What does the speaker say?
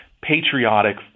patriotic